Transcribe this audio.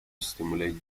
stimulate